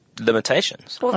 limitations